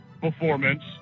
performance